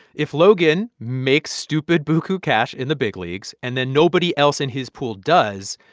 if logan makes stupid bookoo cash in the big leagues and then nobody else in his pool does,